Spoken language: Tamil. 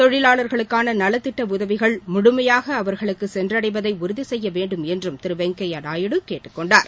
தொழிலாளர்களுக்காள நலத்திட்ட உதவிகள் முழுமையாக அவர்களுக்கு சென்றடைவதை உறுதிசெய்ய வேண்டும் என்றும் திரு வெங்கய்ய நாயுடு கேட்டுக்கொண்டார்